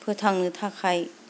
फोथांनो थाखाय